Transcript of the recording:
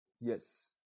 Yes